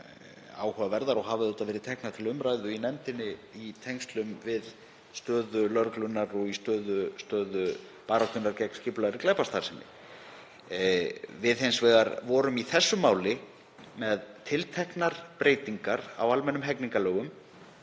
áhugaverðar og hafa verið teknar til umræðu í nefndinni í tengslum við stöðu lögreglunnar og stöðu baráttunnar gegn skipulagðri glæpastarfsemi. Við vorum hins vegar með tilteknar breytingar á almennum hegningarlögum